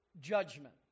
judgment